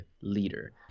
leader